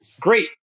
great